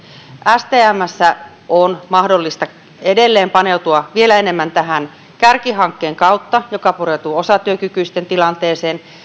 stmssä on mahdollista edelleen paneutua vielä enemmän tähän kärkihankkeen kautta joka pureutuu osatyökykyisten tilanteeseen